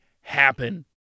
happen